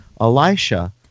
elisha